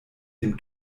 dem